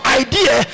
idea